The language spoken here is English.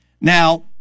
Now